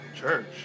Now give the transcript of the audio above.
Church